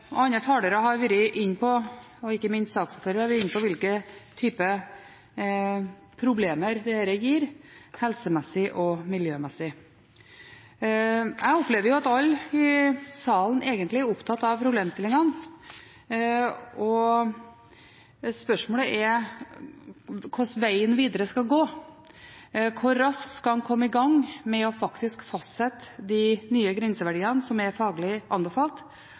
år. Andre talere, og ikke minst saksordføreren, har vært inne på hvilke typer problemer dette gir, helsemessig og miljømessig. Jeg opplever at alle i salen, egentlig, er opptatt av problemstillingen. Spørsmålet er hvor vegen videre skal gå. Hvor raskt skal en komme i gang med å fastsette de nye grenseverdiene, som er faglig anbefalt?